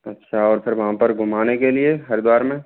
अच्छा और फिर वहाँ पर घुमाने के लिए हरिद्वार में